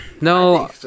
no